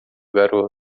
garoto